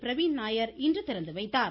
பிரவின் நாயர் இன்று திறந்து வைத்தார்